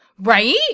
Right